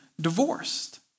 divorced